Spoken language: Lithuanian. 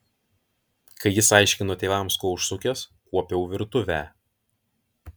kai jis aiškino tėvams ko užsukęs kuopiau virtuvę